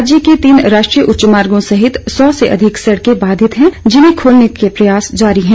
राज्य के तीन राष्ट्रीय उच्च मार्गों सहित सौ से अधिक सड़कें बाधित हैं जिन्हें खोलने के प्रयास जारी हैं